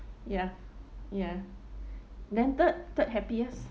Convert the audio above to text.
ya ya then third third happiest